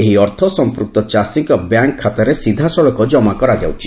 ଏହି ଅର୍ଥ ସମ୍ପୃକ୍ତ ଚାଷୀଙ୍କ ବ୍ୟାଙ୍କ୍ ଖାତାରେ ସିଧାସଳଖ ଜମା କରାଯାଉଛି